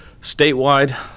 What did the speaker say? Statewide